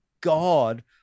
God